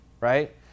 right